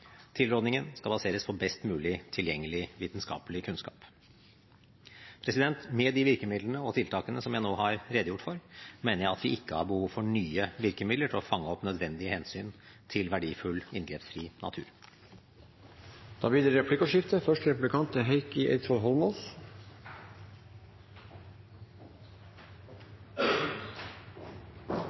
Tilrådningen skal baseres på best mulig tilgjengelig vitenskapelig kunnskap. Med de virkemidlene og tiltakene som jeg nå har redegjort for, mener jeg at vi ikke har behov for nye virkemidler til å fange opp nødvendige hensyn til verdifull, inngrepsfri natur. Det blir replikkordskifte. Spørsmålet om å bevare den inngrepsfrie naturen er